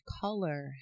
color